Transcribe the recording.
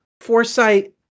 foresight